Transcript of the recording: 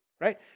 right